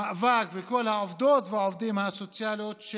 המאבק של כל העובדות והעובדים הסוציאליים,